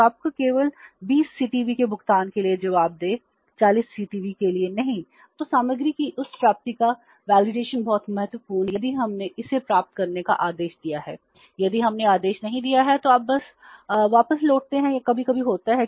तो सामग्री की उस प्राप्ति का सत्यापन एक महत्वपूर्ण बिंदु है